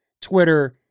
Twitter